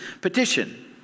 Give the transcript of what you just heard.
petition